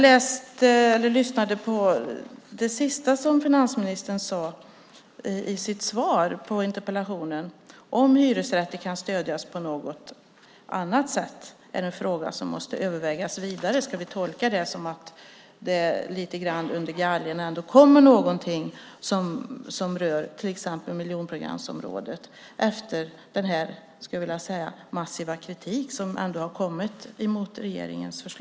Det sista som finansministern sade i sitt svar på interpellationen var: "Om hyresrätter kan stödjas på något annat sätt är en fråga som måste övervägas vidare." Ska vi tolka det som att regeringen ändå lite grann under galgen, efter den massiva kritiken mot regeringens förslag, kommer med någonting som rör till exempel miljonprogramsområdena?